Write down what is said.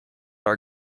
our